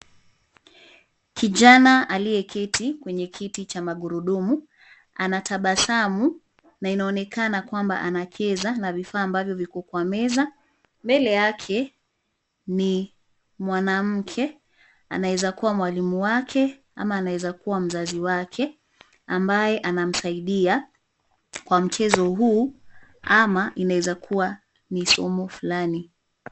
Kijana aliyeketi kwenye kiti cha magurudumu, anatabasamu, na inaonekana kwamba anacheza na vifaa ambavyo viko kwa meza, mbele yake, ni, mwanamke, anaweza kuwa mwalimu wake, ama anaweza kuwa mzazi wake, ambaye anamsaidia, kwa mchezo huu, ama inaweza kuwa, ni somo fulani.